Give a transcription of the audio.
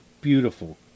beautiful